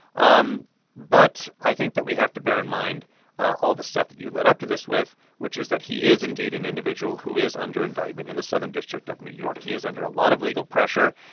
um but i think that we have to bear in mind all the stuff that you led up to this with, which is that he is indeed an individual who is under indictment in the southern district of new york. he is under a lot of legal pressure.